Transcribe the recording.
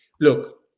look